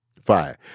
fire